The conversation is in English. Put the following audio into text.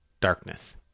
darkness